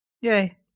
Yay